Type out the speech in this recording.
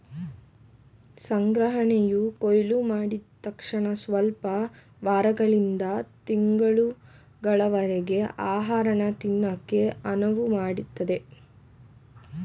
ಸಂಗ್ರಹಣೆಯು ಕೊಯ್ಲುಮಾಡಿದ್ ತಕ್ಷಣಸ್ವಲ್ಪ ವಾರಗಳಿಂದ ತಿಂಗಳುಗಳವರರ್ಗೆ ಆಹಾರನ ತಿನ್ನಕೆ ಅನುವುಮಾಡ್ತದೆ